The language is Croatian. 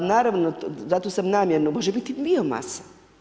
Naravno, zato sam namjerno, može biti bio masa.